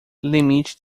limite